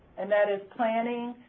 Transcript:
and that is planning,